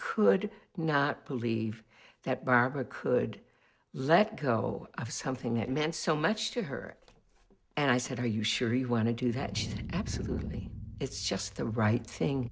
could not believe that barbara could let go of something that meant so much to her and i said are you sure you want to do that absolutely it's just the right thing